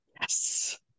Yes